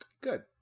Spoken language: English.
Good